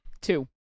two